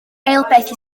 eilbeth